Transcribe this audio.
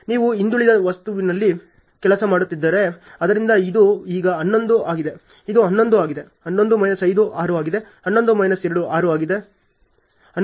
ನೀವು ಹಿಂದುಳಿದ ಪಾಸ್ನಲ್ಲಿ ಕೆಲಸ ಮಾಡುತ್ತಿದ್ದರೆ ಆದ್ದರಿಂದ ಇದು ಈಗ 11 ಆಗಿದೆ ಇದು 11 ಆಗಿದೆ 11 ಮೈನಸ್ 5 6 ಆಗಿದೆ 11 ಮೈನಸ್ 2 9 ಆಗಿದೆ